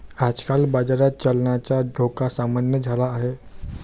आजकाल बाजारात चलनाचा धोका सामान्य झाला आहे